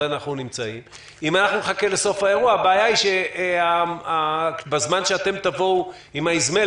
אנחנו נמצאים הבעיה היא שבזמן שאתם תבואו עם האזמל,